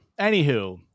Anywho